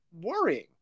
worrying